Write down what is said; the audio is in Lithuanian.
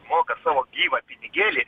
moka savo gyvą pinigėlį